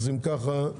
אם כך,